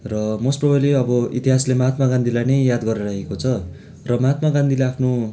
र most probably अब इतिहासले महात्मा गान्धीलाई नै याद गरिराखेको छ र महात्मा गान्धीलाई आफ्नो